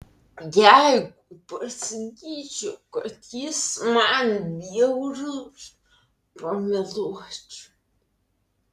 jeigu pasakyčiau kad jis man bjaurus pameluočiau